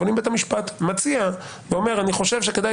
אבל אם בית המשפט מציע ואומר: "אני חושב שכדאי